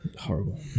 Horrible